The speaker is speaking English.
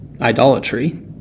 idolatry